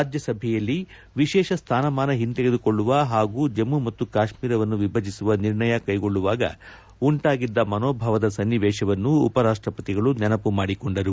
ರಾಜ್ಯಸಭೆಯಲ್ಲಿ ವಿಶೇಷ ಸ್ಥಾನಮಾನ ಹಿಂತೆಗೆದುಕೊಳ್ಳುವ ಪಾಗೂ ಜಮ್ಮ ಮತ್ತು ಕಾಶ್ಮೀರವನ್ನು ವಿಭಜಿಸುವ ನಿರ್ಣಯ ಕೈಗೊಳ್ಳುವಾಗ ರಾಜ್ಯ ಸಭೆಯಲ್ಲಿ ಉಂಟಾಗಿದ್ದ ಮನೋಭಾವದ ಸನ್ನಿವೇಶವನ್ನು ಉಪರಾಷ್ಟಪತಿಗಳು ನೆನಮ ಮಾಡಿಕೊಂಡರು